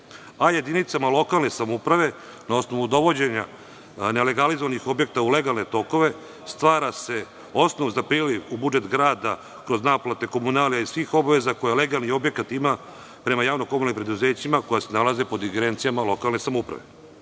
a jedinicama lokalne samouprave na osnovu dovođenja nelegalizovanih objekata u legalne tokove stvara se osnov za priliv u budžet grada od naplate komunalija i svih obaveza koje legalni objekat ima prema javnim komunalnim preduzećima koja se nalaze pod ingerencijama lokalne samouprave. Na